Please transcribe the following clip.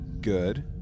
Good